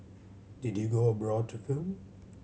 did you go abroad to film